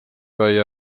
kai